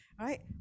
right